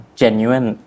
genuine